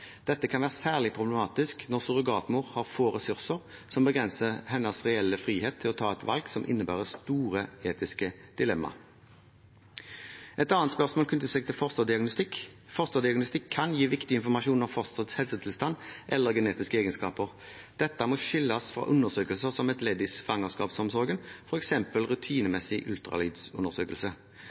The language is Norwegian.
Dette kan være særlig problematisk når surrogatmor har få ressurser, noe som begrenser hennes reelle frihet til å ta et valg som innebærer store etiske dilemmaer. Et annet spørsmål knytter seg til fosterdiagnostikk. Fosterdiagnostikk kan gi viktig informasjon om fosterets helsetilstand eller genetiske egenskaper. Dette må skilles fra undersøkelser som er ledd i svangerskapsomsorgen, f.eks. rutinemessig